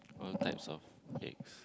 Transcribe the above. all types of eggs